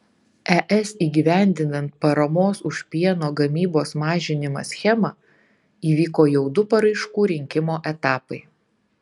es įgyvendinant paramos už pieno gamybos mažinimą schemą įvyko jau du paraiškų rinkimo etapai